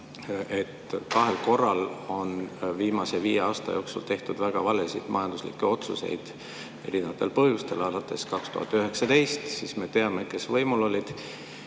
et kahel korral viimase viie aasta jooksul on tehtud väga valesid majanduslikke otsuseid, seda erinevatel põhjustel. Aastal 2019 – me teame, kes siis võimul olid